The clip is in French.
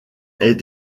est